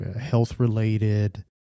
health-related